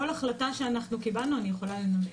כל החלטה שאנחנו קיבלנו אני יכולה לנמק.